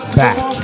back